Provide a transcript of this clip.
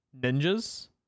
ninjas